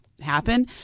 Happen